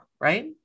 right